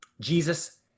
Jesus